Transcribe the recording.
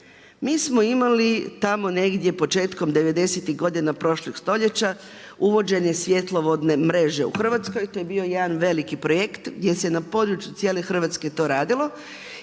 Mi smo imali, tamo negdje početkom 90' godina prošlog stoljeća uvođenje svjetlovodne mreže u Hrvatskoj. To je bio jedan veliki projekt gdje se na području cijele Hrvatske to radilo,